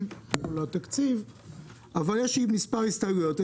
על התקציב אבל יש מספר הסתייגויות.